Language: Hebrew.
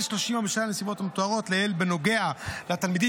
30 יום בשל הנסיבות המתוארות לעיל בנוגע לתלמידים,